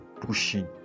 pushing